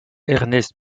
ernest